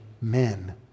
men